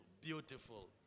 beautiful